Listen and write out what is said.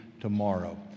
tomorrow